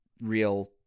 real